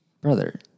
Brother